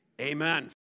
Amen